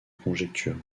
conjectures